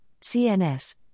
CNS